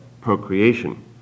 procreation